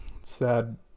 sad